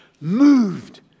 moved